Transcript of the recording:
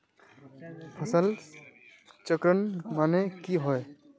फसल चक्रण माने की होय?